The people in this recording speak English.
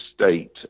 state